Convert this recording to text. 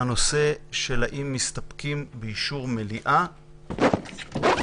הוא האם אנחנו מוכנים שלא להסתפק באישור מליאה או